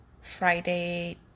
Friday